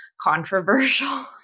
controversial